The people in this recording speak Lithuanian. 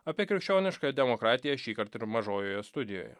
apie krikščionišką demokratiją šįkart ir mažojoje studijoje